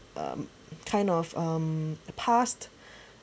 um kind of um passed